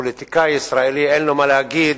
כשפוליטיקאי ישראלי אין לו מה להגיד,